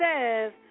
says